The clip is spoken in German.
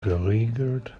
geregelt